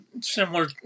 similar